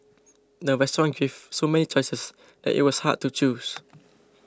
the restaurant gave so many choices that it was hard to choose